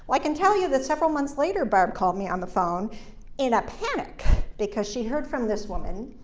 like can tell you that several months later, barb called me on the phone in a panic because she heard from this woman,